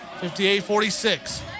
58-46